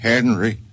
Henry